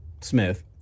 smith